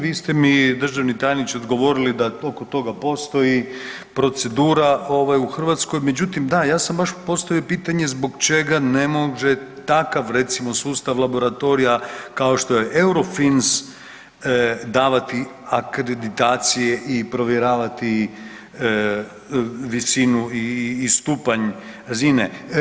Vi ste mi državni tajniče odgovorili da oko toga postoji procedura ovaj u Hrvatskoj, međutim da ja sam baš postavio pitanje zbog čega ne može takav recimo sustav laboratorija kao što je Eurofins davati akreditacije i provjeravati visinu i stupanj razine.